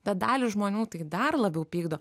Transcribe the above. bet dalį žmonių tik dar labiau pykdo